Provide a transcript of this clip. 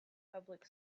public